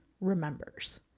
remembers